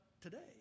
today